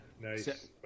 nice